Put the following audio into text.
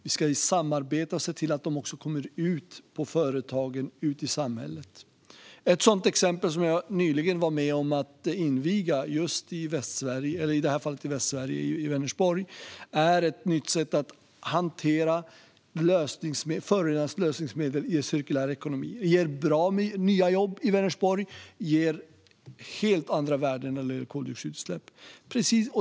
Vi ska i samarbete se till att de också kommer ut på företagen ute i samhället. Ett exempel är en verksamhet som jag nyligen var med om att inviga, även i det här fallet i Västsverige, i Vänersborg, och som gäller ett nytt sätt att hantera förorenares lösningsmedel i en cirkulär ekonomi. Det ger bra med nya jobb i Vänersborg, och det ger helt andra värden och koldioxidutsläpp.